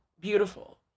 beautiful